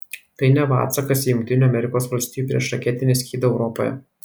tai neva atsakas į jungtinių amerikos valstijų priešraketinį skydą europoje